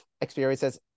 experiences